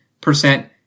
Percent